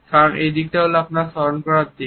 কারণ এই দিকটি হলো আপনার স্মরণ করার দিক